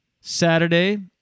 Saturday